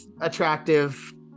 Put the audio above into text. attractive